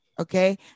Okay